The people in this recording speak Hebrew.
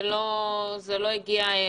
לא, זה לא הגיע לכאן.